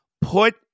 put